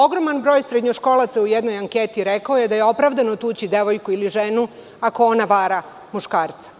Ogroman broj srednjoškolaca u jednoj anketi je rekao da je opravdano tući devojku ili ženu ako ona vara muškarca.